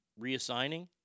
reassigning